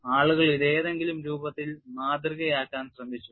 ആളുകൾ ഇത് ഏതെങ്കിലും രൂപത്തിൽ മാതൃകയാക്കാൻ ശ്രമിച്ചു